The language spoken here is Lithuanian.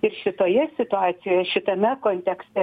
ir šitoje situacijoje šitame kontekste